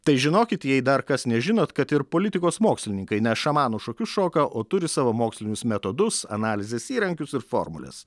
tai žinokit jei dar kas nežinot kad ir politikos mokslininkai ne šamanų šokius šoka o turi savo mokslinius metodus analizės įrankius ir formules